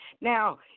Now